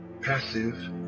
passive